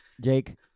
Jake